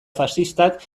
faxistak